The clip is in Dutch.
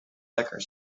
lekker